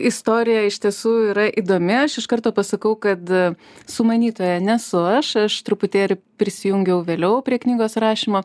istorija iš tiesų yra įdomi aš iš karto pasakau kad sumanytoja nesu aš aš truputėlį prisijungiau vėliau prie knygos rašymo